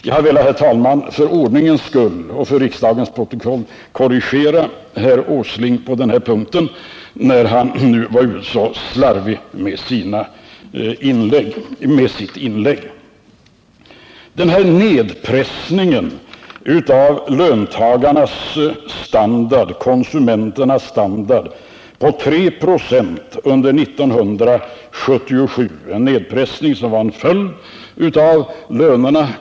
Jag har, herr talman, velat för ordningens skull och för riksdagens protokoll korrigera herr Åsling på den här punkten, när han nu var så slarvig med sitt inlägg. fortsatte ytterligare under 1978 med ett par procent.